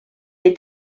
est